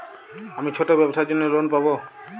আমি ছোট ব্যবসার জন্য লোন পাব?